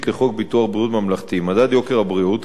מדד יוקר הבריאות אמור לשקף את שיעור התייקרות